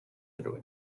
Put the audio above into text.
through